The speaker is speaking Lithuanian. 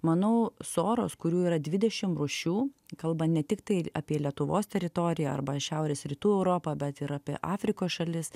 manau soros kurių yra dvidešim rūšių kalbant ne tiktai apie lietuvos teritoriją arba šiaurės rytų europą bet ir apie afrikos šalis